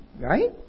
right